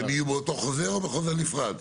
שהם יהיו באותו חוזר או בחוזר נפרד?